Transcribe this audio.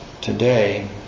today